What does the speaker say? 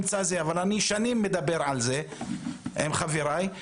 אני שנים מדבר על זה עם חבריי,